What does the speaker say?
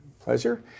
pleasure